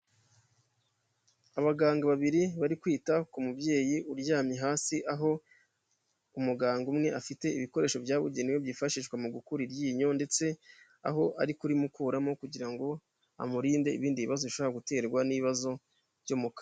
Abaganga babiri bari kwita ku mubyeyi uryamye hasi, aho umuganga umwe afite ibikoresho byabugenewe byifashishwa mu gukura iryinyo ndetse aho ari kurimukuramo kugira ngo amurinde ibindi bibazo bishobora guterwa n'ibibazo byo mu kanwa.